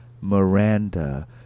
Miranda